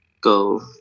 go